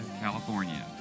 California